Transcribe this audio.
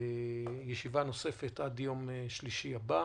לישיבה נוספת עד יום שלישי הבא,